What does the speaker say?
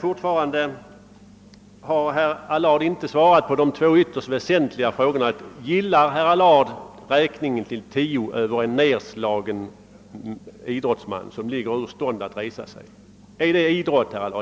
Fortfarande har herr Allard inte svarat på de ytterst väsentliga frågor som jag ställt. Gillar herr Allard räkningen till tio över en nedslagen idrottsman, ur stånd att resa sig?